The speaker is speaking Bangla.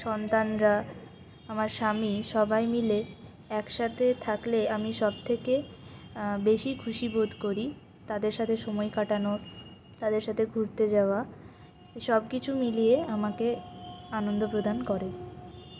সন্তানরা আমার স্বামী সবাই মিলে একসাথে থাকলে আমি সবথেকে বেশি খুশি বোধ করি তাদের সাথে সময় কাটানো তাদের সাথে ঘুরতে যাওয়া সবকিছু মিলিয়ে আমাকে আনন্দ প্রদান করে